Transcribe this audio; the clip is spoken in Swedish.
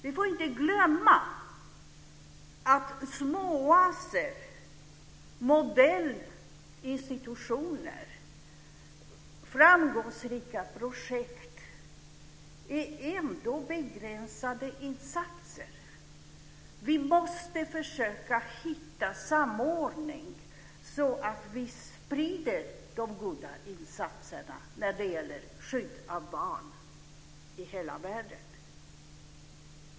Vi får inte glömma att små oaser, modeller, institutioner och framgångsrika projekt ändå är begränsade insatser. Vi måste försöka hitta samordning, så att vi sprider de goda insatserna när det gäller skydd av barn i hela världen.